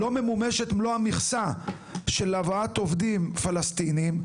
לא ממומשת מלוא המכסה של הבאת עובדים פלסטינים,